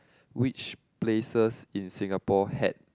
which places in Singapore had